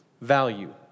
value